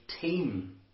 team